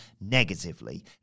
negatively